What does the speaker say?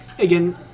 Again